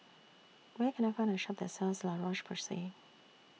Where Can I Find A Shop that sells La Roche Porsay